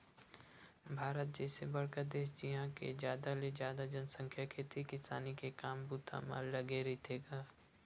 भारत जइसे बड़का देस जिहाँ के जादा ले जादा जनसंख्या खेती किसानी के काम बूता म लगे रहिथे गा